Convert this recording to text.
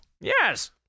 Yes